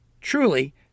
Truly